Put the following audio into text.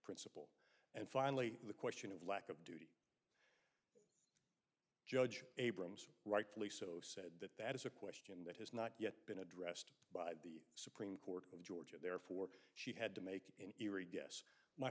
stablished and finally the question of lack of duty judge abrams rightfully so said that that is a question that has not yet been addressed by the supreme court of georgia therefore she had to make an eerie guess my